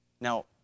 Now